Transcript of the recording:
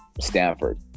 Stanford